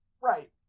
Right